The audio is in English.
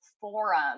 forum